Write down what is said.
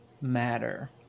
matter